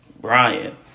Brian